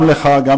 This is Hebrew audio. רק דבר אחד.